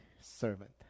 servant